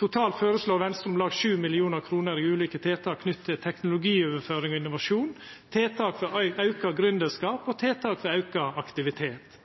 Totalt føreslår Venstre om lag 7 mill. kr i ulike tiltak knytte til teknologioverføring og innovasjon, tiltak for auka gründerskap og tiltak for auka aktivitet.